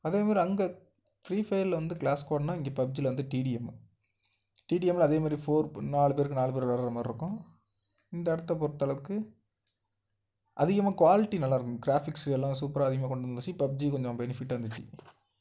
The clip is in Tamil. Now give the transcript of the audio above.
அதே மாதிரி அங்கே ஃப்ரீ ஃபயரில் வந்து க்ளாஸ் ஸ்குவாட்னா இங்கே பப்ஜியில் வந்து டிடிஎம்மு டிடிஎம்மில் அதே மாதிரி ஃபோர் ப இப்போ நாலு பேருக்கு நாலு பேரு விளாட்ற மாதிரி இருக்கும் இந்த இடத்த பொறுத்த அளவுக்கு அதிகமாக குவாலிட்டி நல்லா இருக்கும் க்ராஃபிக்ஸு எல்லாம் சூப்பராக அதிகமாக கொண்டு வந்துச்சு பப்ஜி கொஞ்சம் பெனிஃபிட்டாக இருந்துச்சு